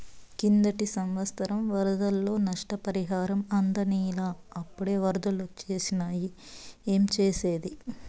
కిందటి సంవత్సరం వరదల్లో నష్టపరిహారం అందనేలా, అప్పుడే ఒరదలొచ్చేసినాయి ఏంజేసేది